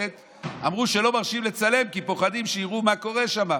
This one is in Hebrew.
אמרו שלא מרשים לצלם כי פוחדים שיראו מה קורה שם.